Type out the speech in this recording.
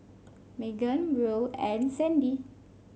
Meagan Buel and Sandie